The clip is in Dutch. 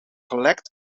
gelekt